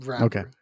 Okay